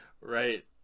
Right